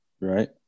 Right